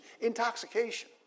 intoxication